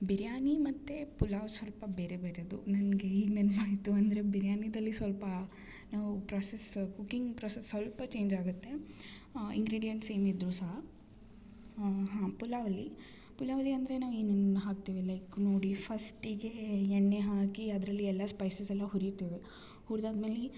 ಬಿರಿಯಾನಿ ಮತ್ತು ಪಲಾವ್ ಸ್ವಲ್ಪ ಬೇರೆ ಬೇರೆಯದು ನನಗೆ ಈಗ ನೆನ್ಪು ಆಯಿತು ಅಂದರೆ ಬಿರಿಯಾನಿದಲ್ಲಿ ಸ್ವಲ್ಪಾ ನಾವು ಪ್ರೊಸೆಸ್ ಕುಕ್ಕಿಂಗ್ ಪ್ರೊಸಸ್ ಸ್ವಲ್ಪ ಚೇಂಜ್ ಆಗುತ್ತೆ ಇಂಗ್ರಿಡಿಯಂಟ್ಸ್ ಸೇಮ್ ಇದ್ರು ಸಹ ಪಲಾವ್ ಅಲ್ಲಿ ಪಲಾವ್ ಅಲ್ಲಿ ಅಂದರೆ ನಾವು ಏನೇನು ಹಾಕ್ತೀವಿ ಲೈಕ್ ನೋಡಿ ಫಸ್ಟಿಗೇ ಎಣ್ಣೆ ಹಾಕಿ ಅದ್ರಲ್ಲಿ ಎಲ್ಲ ಸ್ಪೈಸಸ್ ಎಲ್ಲ ಹುರಿತೀವಿ ಹುರ್ದು ಆದ್ಮೇಲೆ